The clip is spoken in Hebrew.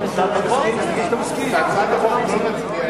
נצביע